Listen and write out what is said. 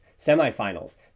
semi-finals